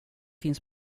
finns